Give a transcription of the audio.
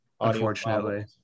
unfortunately